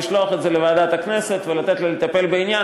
לשלוח את זה לוועדת הכנסת ולתת לה לטפל בעניין.